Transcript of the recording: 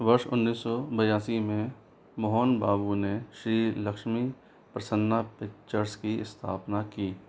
वर्ष उन्नीस सौ बयासी में मोहन बाबू ने श्री लक्ष्मी प्रसन्ना पिक्चर्स की स्थापना की